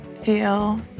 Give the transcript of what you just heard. feel